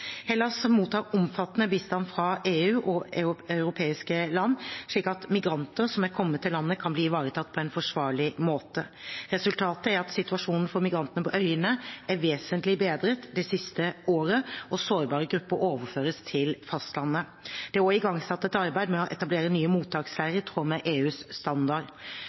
Hellas mottar omfattende bistand fra EU og europeiske land, slik at migranter som er kommet til landet, kan bli ivaretatt på en forsvarlig måte. Resultatet er at situasjonen for migrantene på øyene er vesentlig bedret det siste året, og sårbare grupper overføres til fastlandet. Det er også igangsatt et arbeid med å etablere nye mottaksleirer i tråd med EUs standard.